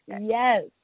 Yes